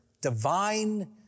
Divine